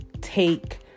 Take